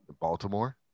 Baltimore